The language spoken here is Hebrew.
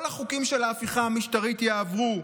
כל החוקים של ההפיכה המשטרית יעברו.